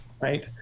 right